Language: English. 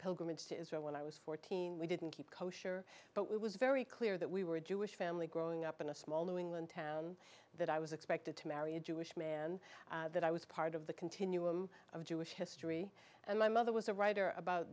pilgrimage to israel when i was fourteen we didn't keep kosher but it was very clear that we were jewish family growing up in a small new england town that i was expected to marry a jewish man that i was part of the continuum of jewish history and my mother was a writer about